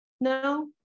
No